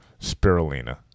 spirulina